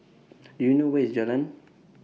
Do YOU know Where IS Jalan